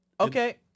Okay